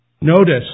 Notice